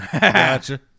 gotcha